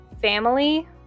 family